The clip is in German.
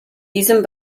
diesem